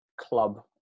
club